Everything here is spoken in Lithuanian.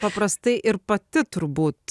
paprastai ir pati turbūt